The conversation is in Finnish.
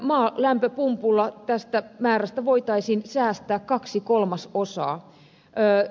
maalämpöpumpulla tästä määrästä voitaisiin säästää kaksi kolmasosaa